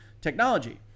technology